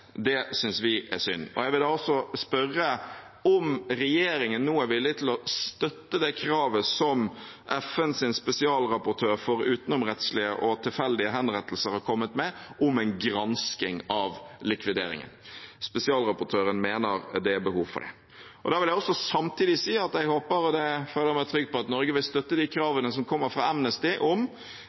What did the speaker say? Det synes vi er synd. Jeg vil også spørre om regjeringen nå er villig til å støtte det kravet som FNs spesialrapportør for utenomrettslige henrettelser har kommet med, om en gransking av likvideringen. Spesialrapportøren mener det er behov for det. Da vil jeg samtidig si at jeg håper – og det føler jeg meg trygg på – at Norge vil støtte de kravene som kommer fra Amnesty om